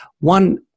one